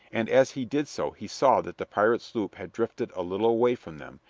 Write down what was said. and as he did so he saw that the pirate sloop had drifted a little away from them,